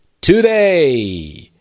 today